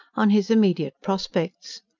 on his immediate prospects.